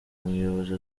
muyobozi